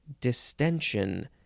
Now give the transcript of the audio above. Distension